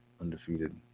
Undefeated